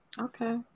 Okay